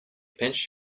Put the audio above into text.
pinched